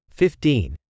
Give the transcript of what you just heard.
fifteen